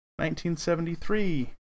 1973